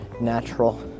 natural